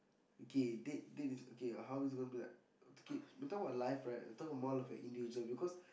okay date date is okay how it's going to be like ticket we're talking about like right we're talking about more of individual because